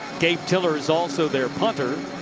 gabe tiller is also their punter.